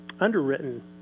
underwritten